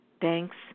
Thanks